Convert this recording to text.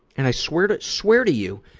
and i swear to swear to you,